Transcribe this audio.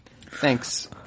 Thanks